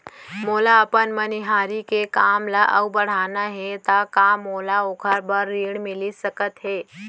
मोला अपन मनिहारी के काम ला अऊ बढ़ाना हे त का मोला ओखर बर ऋण मिलिस सकत हे?